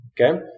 Okay